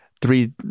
three